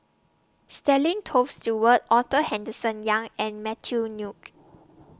Stanley Toft Stewart Arthur Henderson Young and Matthew Ngui